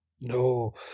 No